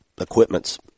equipment's